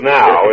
now